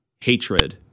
hatred